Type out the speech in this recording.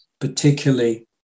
particularly